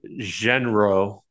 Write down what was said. genre